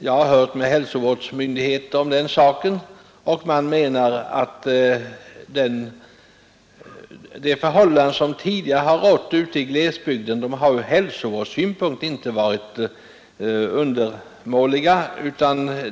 Jag har kontaktat hälsovårdsmyndigheter om detta, och man har på det hållet menat att de förhållanden som tidigare rått ute i glesbygderna inte ur hälsovårdssynpunkt varit otillfredsställande.